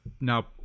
now